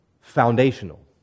foundational